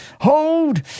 hold